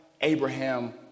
Abraham